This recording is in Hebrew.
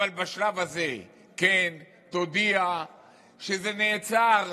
אבל בשלב הזה כן תודיע שזה נעצר,